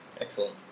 Excellent